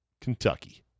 Kentucky